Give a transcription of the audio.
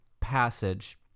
passage